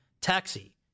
Taxi